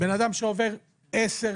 בן אדם שעובר עשר,